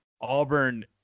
Auburn